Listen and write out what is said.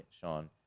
Sean